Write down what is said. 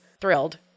thrilled